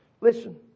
Listen